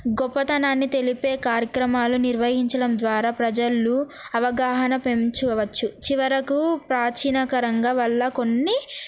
గొప్పతనాన్ని తెలిపే కార్యక్రమాలు నిర్వహించడం ద్వారా ప్రజలలో అవగాహన పెంచువచ్చు చివరకు ప్రాచీణకరంగా వల్ల కొన్ని